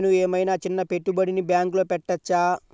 నేను ఏమయినా చిన్న పెట్టుబడిని బ్యాంక్లో పెట్టచ్చా?